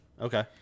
okay